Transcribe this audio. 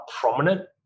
prominent